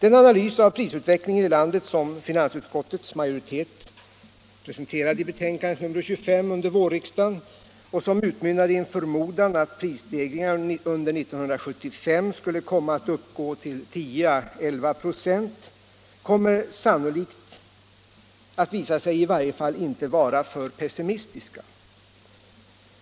En analys av prisutvecklingen i landet som finansutskottets majoritet presenterade i betänkandet 25 under vårriksdagen utmynnande i en förmodan att prisstegringarna under 1975 skulle komma att uppgå till 10 å 1196 kommer i varje fall sannolikt inte att visa sig vara för pessimistisk.